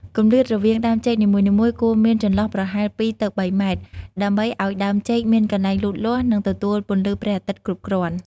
គម្លាតរវាងដើមចេកនីមួយៗគួរមានចន្លោះប្រហែល ២ ទៅ ៣ ម៉ែត្រ ដើម្បីឱ្យដើមចេកមានកន្លែងលូតលាស់និងទទួលពន្លឺព្រះអាទិត្យគ្រប់គ្រាន់។